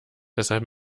deshalb